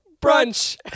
Brunch